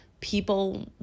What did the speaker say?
people